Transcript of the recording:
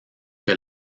que